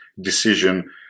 decision